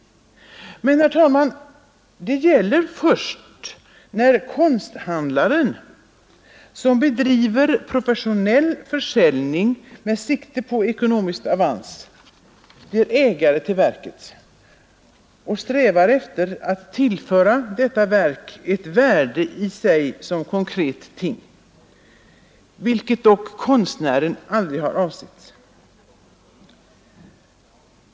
Men, herr talman, det gäller först när konsthandlaren som bedriver professionell försäljning med sikte på ekonomisk avans blir ägare till verket och strävar efter att tillföra detta verk ett värde i sig som ett konkret ting, vilket dock konstnären aldrig har avsett.